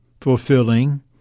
fulfilling